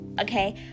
okay